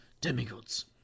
Demigods